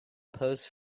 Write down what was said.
pose